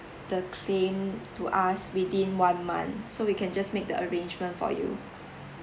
the claim to us within one month so we can just make the arrangement for you